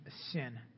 sin